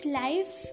life